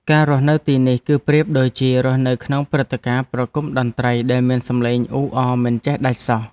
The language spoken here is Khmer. ការរស់នៅទីនេះ គឺប្រៀបដូចជារស់នៅក្នុងព្រឹត្តិការណ៍ប្រគំតន្ត្រីដែលមានសំឡេងអ៊ូអរមិនចេះដាច់សោះ។